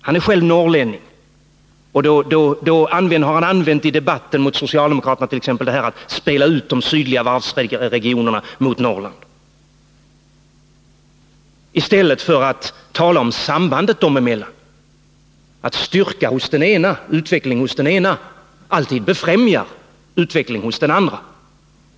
Han är själv norrlänning, och därför har han, t.ex. i debatten med socialdemokraterna, valt att spela de sydliga varvsregionerna mot Norrland i stället för att tala om sambandet dem emellan och att styrkan och utvecklingen hos den ena alltid befrämjar utvecklingen hos den andra.